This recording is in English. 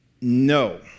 no